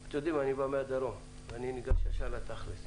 אני בא מהדרום ואני ניגש ישר לתכל'ס.